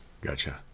gotcha